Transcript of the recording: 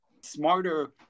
smarter